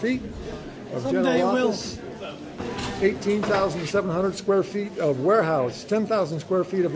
see eighteen thousand seven hundred square feet of warehouse ten thousand square feet